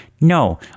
no